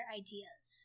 ideas